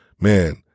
man